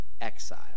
exile